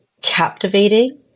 captivating